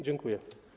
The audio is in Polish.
Dziękuję.